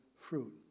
fruit